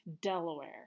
Delaware